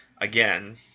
again